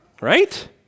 right